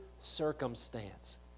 circumstance